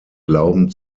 glauben